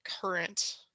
current